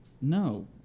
no